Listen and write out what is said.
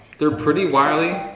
they're pretty wily